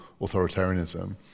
authoritarianism